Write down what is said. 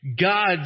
God